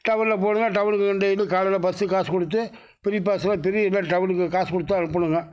டவுனில் போகணுன்னா டவுனுக்கு டெய்லியும் காலையில் பஸ்ஸுக்கு காசு கொடுத்து ஃப்ரீபாஸ்னா ஃப்ரீ இல்லைன்னா டவுனுக்கு காசு கொடுத்துதான் அனுப்பனுங்க